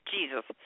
Jesus